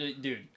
dude